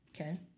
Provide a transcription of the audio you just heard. Okay